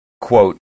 quote